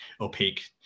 opaque